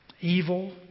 evil